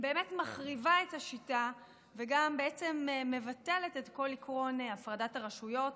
באמת מחריבה את השיטה וגם בעצם מבטלת את כל עקרון הפרדת הרשויות,